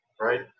right